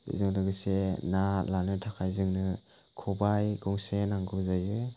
बेजों लोगोसे ना लानो थाखाय जोंनो खबाय गंसे नांगौ जायो